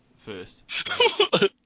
first